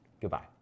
Goodbye